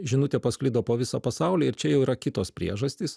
žinutė pasklido po visą pasaulį ir čia jau yra kitos priežastys